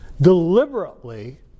deliberately